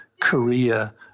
Korea